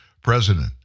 president